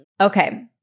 Okay